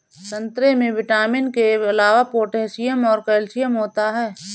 संतरे में विटामिन के अलावा पोटैशियम और कैल्शियम होता है